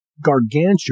Gargantuan